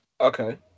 okay